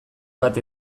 bat